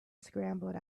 scrambled